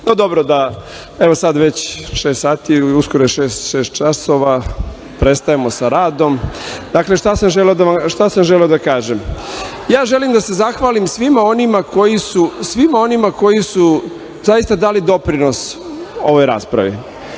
dobro, evo sad već šest časova, uskoro je već šest časova, prestajemo sa radom. Dakle, šta sam želeo da kažem? Želim da se zahvalim svima onima koji su zaista dali doprinos ovoj raspravi.